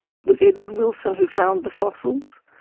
it was edward wilson who found the fossils,